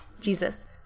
jesus